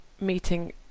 meeting